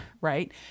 right